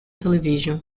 television